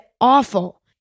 awful